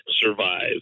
survive